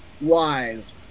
wise